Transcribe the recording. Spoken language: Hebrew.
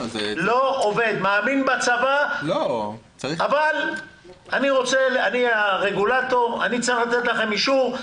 אני מאמין בצבא אבל אני כרגולטור צריך לתת לכם אישור.